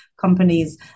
companies